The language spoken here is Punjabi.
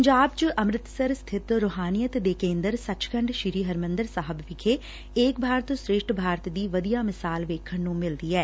ਪੰਜਾਬ ਚ ਅੰਮਿਤਸਰ ਸਬਿਤ ਰੁਹਾਨੀਅਤ ਦੇ ਕੇਂਦਰ ਸੱਚਖੰਡ ਸ੍ਰੀ ਹਰਿੰਦਰ ਸਾਹਿਬ ਵਿਖੇ ਏਕ ਭਾਰਤ ਸ੍ਰੇਸ਼ਟ ਭਾਰਤ ਦੀ ਵਧੀਆ ਮਿਸਾਲ ਵੇਖਣ ਨੁੰ ਮਿਲਦੀ ਐ